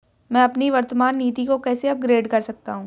मैं अपनी वर्तमान नीति को कैसे अपग्रेड कर सकता हूँ?